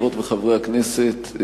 חברות וחברי הכנסת,